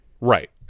right